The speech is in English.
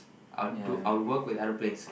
I'll to I'll work with aeroplanes